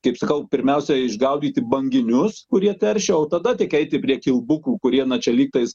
kaip sakau pirmiausia išgaudyti banginius kurie teršia o tada tik eiti prie kilbukų kurie na čia lygtais